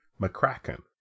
McCracken